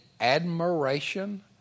admiration